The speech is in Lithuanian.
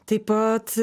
taip pat